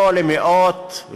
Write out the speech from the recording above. לא למאות,